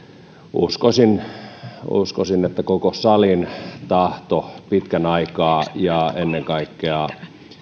uskoisin uskoisin koko salin tahto pitkän aikaa ja ennen kaikkea